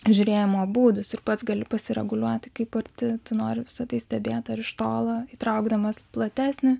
žiūrėjimo būdus ir pats gali pasireguliuoti kaip arti tu nori visa tai stebėt ar iš tolo įtraukdamas platesnį